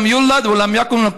אלוהים לָעַד,